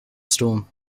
storm